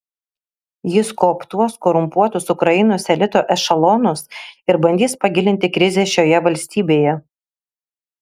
jis kooptuos korumpuotus ukrainos elito ešelonus ir bandys pagilinti krizę šioje valstybėje